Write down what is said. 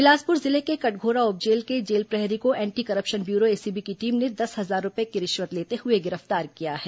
बिलासपुर जिले के कटघोरा उपजेल के जेल प्रहरी को एंटी करप्शन ब्यूरो एसीबी की टीम ने दस हजार रूपए की रिश्वत लेते हुए गिरफ्तार किया है